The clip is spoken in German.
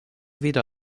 wieder